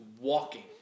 walking